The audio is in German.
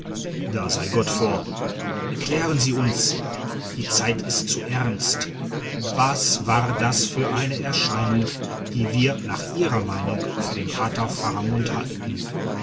da sei gott vor erklären sie uns die zeit ist zu ernst was war das für eine erscheinung die wir nach ihrer meinung für den pater faramund halten